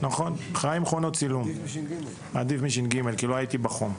זה עדיף מש"ג כי לא הייתי בחום.